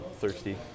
thirsty